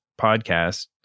podcast